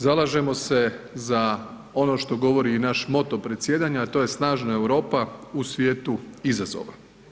Zalažemo se za ono što govori i naš moto predsjedanja, a to je snažna Europa u svijetu izazova.